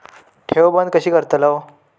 ठेव बंद कशी करतलव?